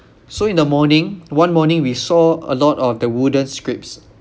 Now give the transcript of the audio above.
so in the morning one morning we saw a lot of the wooden scrapes